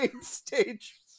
stage